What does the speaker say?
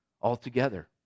altogether